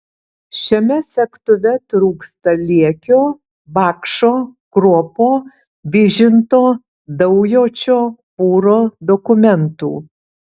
šiame segtuve trūksta liekio bakšo kruopo vyžinto daujočio pūro dokumentų